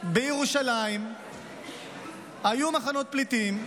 בירושלים היו מחנות פליטים,